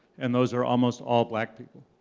and those are almost all black people.